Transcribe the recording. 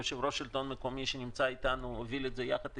יושב-ראש השלטון המקומי הוביל את זה יחד איתי,